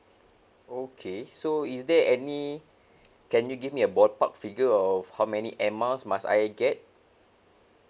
okay so is there any can you give me a ball park figure of how many air miles must I get